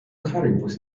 caribous